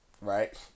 right